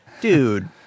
dude